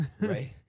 Right